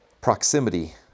Proximity